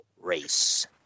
Race